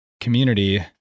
community